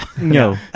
No